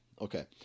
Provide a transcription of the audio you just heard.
Okay